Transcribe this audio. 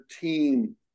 team